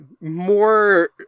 more